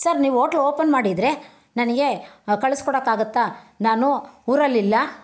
sir ನೀವು hotel open ಮಾಡಿದ್ದರೆ ನನಗೆ ಕಳ್ಸ್ಕೊಡಕ್ಕೆ ಆಗತ್ತಾ ನಾನು ಊರಲ್ಲಿಲ್ಲ